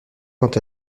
quant